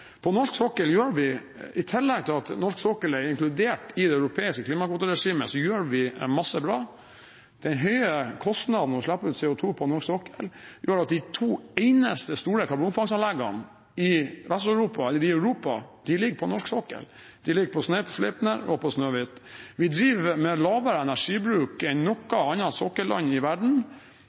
I tillegg til at norsk sokkel er inkludert i det europeiske klimakvoteregimet, gjør vi mye bra. Den høye kostnaden ved å slippe ut CO2 på norsk sokkel gjør at de to eneste store karbonfangstanleggene i Europa ligger på norsk sokkel. De ligger på Sleipner og Snøhvit. Vi driver med lavere energibruk enn noe annet sokkelland i verden,